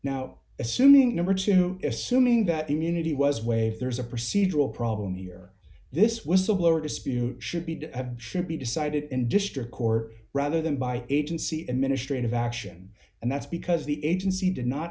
now assuming number two assuming that immunity was waived there's a procedural problem here this whistleblower dispute should be did have should be decided in district court rather than by agency administrate of action and that's because the agency did not